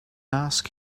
ask